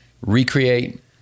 recreate